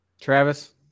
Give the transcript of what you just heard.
Travis